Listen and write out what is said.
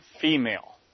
female